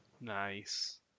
nice